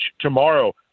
tomorrow